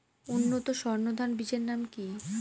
উন্নত সর্ন ধান বীজের নাম কি?